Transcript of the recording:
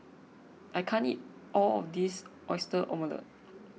I can't eat all of this Oyster Omelette